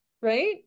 right